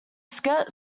skit